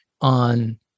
on